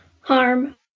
harm